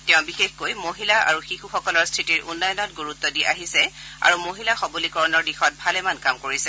তেওঁ বিশেষকৈ মহিলা আৰু শিশুসকলৰ স্থিতিৰ উন্নয়নত গুৰুত্ব দি আহিছে আৰু মহিলা সবলীকৰণৰ দিশত ভালেমান কাম কৰিছে